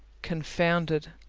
confounded.